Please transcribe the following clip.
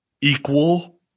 equal